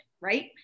right